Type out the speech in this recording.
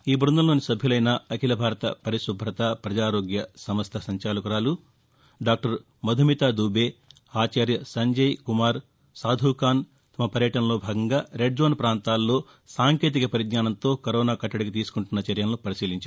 ఈ బృందంలోని సభ్యులైన అఖీల భారత పరిశుభత పజారోగ్య సంస్ట సంచాలకురాలు డాక్టర్ మధుమిత దూబే ఆచార్య సంజయ్ కుమార్ సాధూఖాన్ తమ పర్యటనలో భాగంగా రెడ్జోన్ ప్రాంతాలలో సాంకేతిక పరిజ్ఞానంతో కరోనా కట్లడికి తీసుకుంటున్న చర్యలను పరిశీలించారు